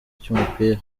cy’umupira